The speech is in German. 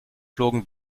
flogen